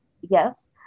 Yes